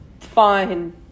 Fine